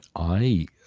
i